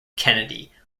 kennedy